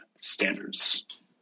standards